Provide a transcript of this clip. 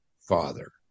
Father